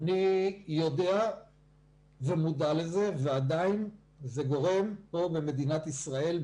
אני יודע ומודע לזה ועדיין זה גורם במדינת ישראל,